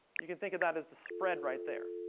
you can think of that as the spread, right there.